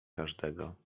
każdego